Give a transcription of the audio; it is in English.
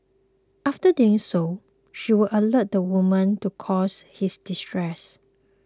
after doing so she would alert the woman to cause his distress